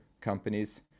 companies